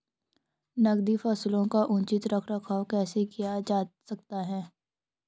नकदी फसलों का उचित रख रखाव कैसे किया जा सकता है?